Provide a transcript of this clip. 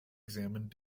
examined